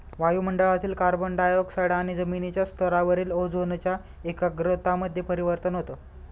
वायु मंडळातील carbon dioxide आणि जमिनीच्या स्तरावरील ओझोनच्या एकाग्रता मध्ये परिवर्तन होतं